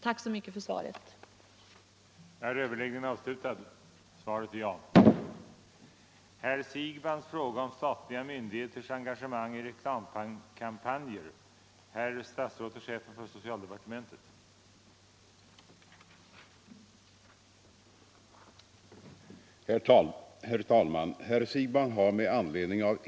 Än en gång: Tack för svaret på min fråga!